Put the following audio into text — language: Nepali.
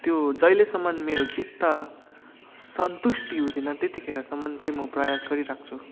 त्यो जहिलेसम्म मेरो चित्त सन्तुष्टि हुँदैन त्यतिखेरसम्म चाहिँ म प्रयास गरिरहन्छु